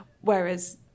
Whereas